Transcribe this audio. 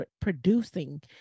producing